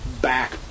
back